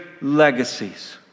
legacies